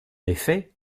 effet